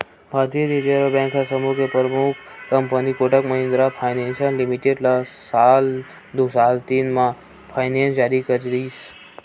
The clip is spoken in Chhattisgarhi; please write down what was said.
भारतीय रिर्जव बेंक ह समूह के परमुख company Kotak Mahindra finance limited ल साल दू हजार तीन म लाइनेंस जारी करिस